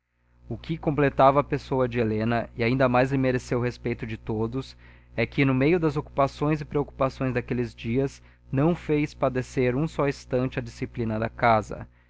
o que completava a pessoa de helena e ainda mais lhe mereceu o respeito de todos é que no meio das ocupações e preocupações daqueles dias não fez padecer um só instante a disciplina da casa